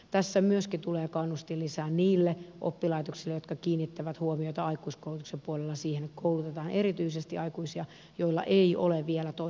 tässä myöskin tulee kannustinlisä niille oppilaitoksille jotka kiinnittävät huomiota aikuiskoulutuksen puolella siihen että koulutetaan erityisesti aikuisia joilla ei ole vielä toisen asteen tutkintoa